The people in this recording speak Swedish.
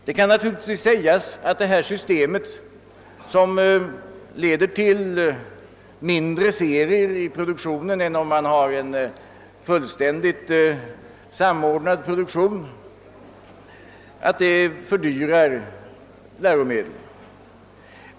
Det kan naturligtvis sägas att det nuvarande systemet, som leder till mindre serier i produktionen än om man har en fullständigt samordnad produktion, fördyrar läromedlen.